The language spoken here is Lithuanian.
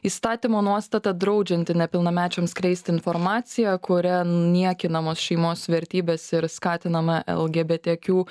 įstatymo nuostata draudžianti nepilnamečiams skleisti informaciją kuria niekinamos šeimos vertybės ir skatinama lgbtq